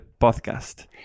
podcast